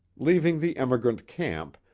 leaving the emigrant camp,